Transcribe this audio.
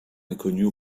inconnu